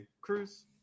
Cruz